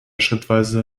schrittweise